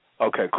Okay